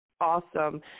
Awesome